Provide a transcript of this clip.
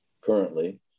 currently